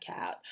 out